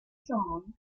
song